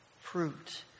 fruit